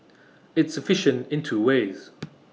it's efficient in two ways